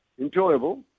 enjoyable